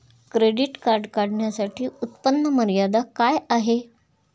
Credit card काढण्यासाठी उत्पन्न मर्यादा काय आहे?